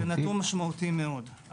משמעותי מאוד.